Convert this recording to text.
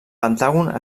pentàgon